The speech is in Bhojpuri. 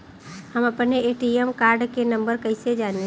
हम अपने ए.टी.एम कार्ड के नंबर कइसे जानी?